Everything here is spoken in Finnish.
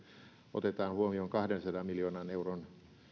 otetaan huomioon kahdensadan miljoonan euron